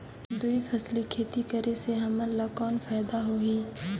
दुई फसली खेती करे से हमन ला कौन फायदा होही?